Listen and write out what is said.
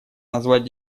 назвать